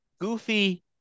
goofy